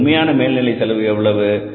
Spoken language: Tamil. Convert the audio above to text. இங்கே உண்மையான மேல்நிலை செலவு எவ்வளவு